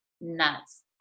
nuts